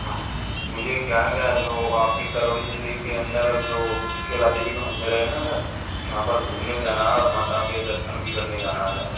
हाँ मुझे क्या है जो आपके करौली जिले के अंदर जो केला देवी का मंदिर है ना सर वहाँ पर घूमने जाना है और माता के दर्शन भी करने जाना है सर